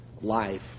life